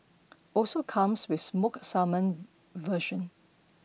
also comes with smoked salmon version